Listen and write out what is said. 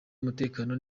umutekano